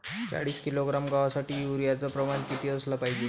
चाळीस किलोग्रॅम गवासाठी यूरिया च प्रमान किती असलं पायजे?